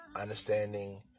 understanding